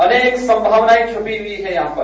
अनेक संभावनाएं छिपी हुई है यहां पर